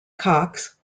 cox